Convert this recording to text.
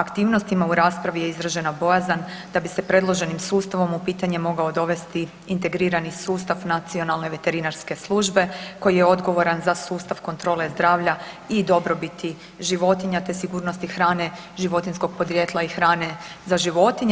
aktivnostima, u raspravi je izražena bojazan da bi se predloženim sustavom u pitanje mogao dovesti integrirani sustav nacionalne veterinarske službe koji je odgovoran za sustav kontrole zdravlja i dobrobiti životinja te sigurnosti hrane životinjskog podrijetla i hrane za životinje.